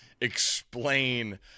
explain